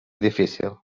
difícil